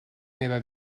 meva